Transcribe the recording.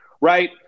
right –